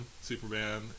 Superman